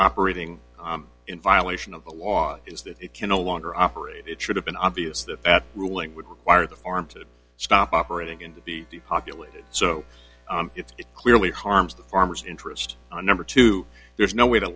operating in violation of the law is that it can no longer operate it should have been obvious that that ruling would require the farm to stop operating in to be depopulated so it's clearly harms the farmers interest on number two there's no way to